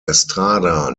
estrada